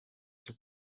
cyo